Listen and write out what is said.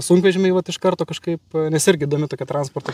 sunkvežimiai vat iš karto kažkaip nes irgi įdomi tokia transporto